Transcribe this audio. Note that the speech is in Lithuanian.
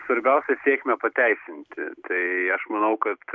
svarbiausia sėkmę pateisinti tai aš manau kad